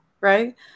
right